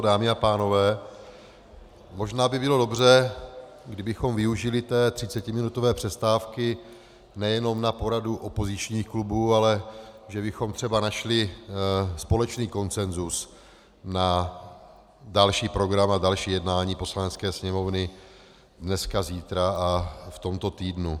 Dámy a pánové, možná by bylo dobře, kdybychom využili třicetiminutové přestávky nejenom na poradu opozičních klubů, ale že bychom třeba našli společný konsensus na další program a další jednání Poslanecké sněmovny dnes, zítra a v tomto týdnu.